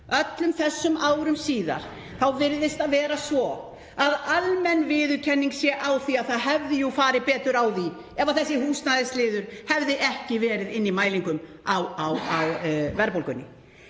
öllum þessum árum síðar, virðist það vera svo að almenn viðurkenning sé á því að það hefði farið betur á því ef þessi húsnæðisliður hefði ekki verið í mælingum á verðbólgunni.